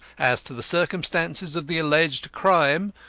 as to the circumstances of the alleged crime,